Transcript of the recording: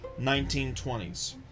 1920s